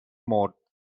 مرد